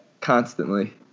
constantly